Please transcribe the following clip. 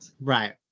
Right